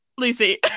Lucy